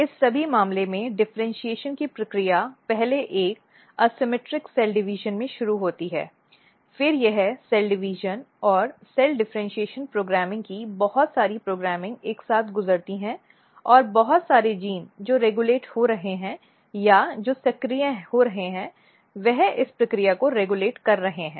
इस सभी मामले में डिफरेन्शीऐशन की प्रक्रिया पहले एक असममित सेल डिवीजन में शुरू होती है फिर यह सेल डिवीजन और सेल डिफरेन्शीऐशन प्रोग्रामिंग की बहुत सारी प्रोग्रामिंग एक साथ गुजरती है और बहुत सारे जीन जो रेगुलेट हो रहे हैं या जो सक्रिय हो रहे हैं वे इस प्रक्रिया को रेगुलेट कर रहे हैं